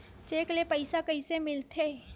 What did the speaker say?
Cheque ले पईसा कइसे मिलथे?